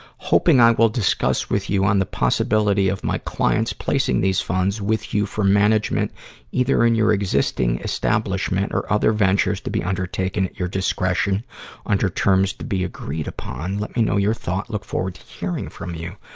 hoping i will discuss with you on the possibility of my clients placing these funds with you for management either in your existing establishment or other ventures to be undertaken at your discretion under terms to be agreed upon. let me know your thought. look forward to hearing from you.